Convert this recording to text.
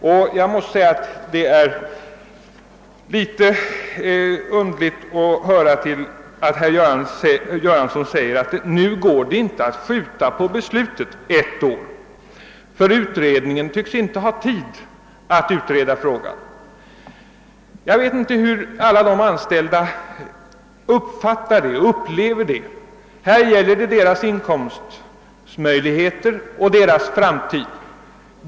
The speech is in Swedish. Herr Göranssons påstående, att det inte går att skjuta på beslutet ett år därför att utredningen inte tycks ha tid att utreda frågan, tycker jag är litet underlig. Jag vet inte hur de anställda upplever detta. Det gäller ju deras inkomstmöjligheter och deras framtid.